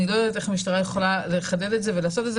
אני לא יודעת איך המשטרה יכולה לחדד את זה ולעשות את זה,